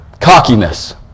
cockiness